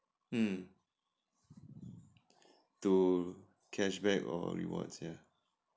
hmm to cashback or rewards ya